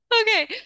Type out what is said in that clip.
okay